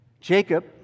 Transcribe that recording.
Jacob